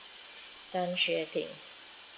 tan xue ting